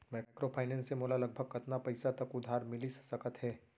Microfinance से मोला लगभग कतना पइसा तक उधार मिलिस सकत हे?